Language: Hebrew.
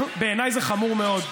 בעיניי זה חמור מאוד,